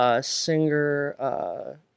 singer